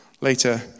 later